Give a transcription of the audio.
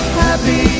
happy